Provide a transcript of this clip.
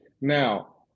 now